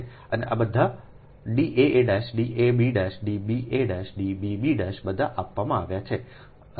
અને બધા D a a D a b D b a D b b બધા આપવામાં આવ્યા છે